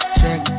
check